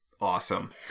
awesome